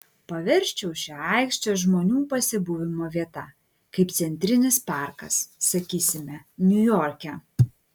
paversčiau šią aikštę žmonių pasibuvimo vieta kaip centrinis parkas sakysime niujorke